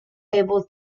able